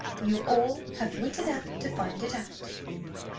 you all have wit enough to find it out